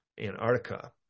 Antarctica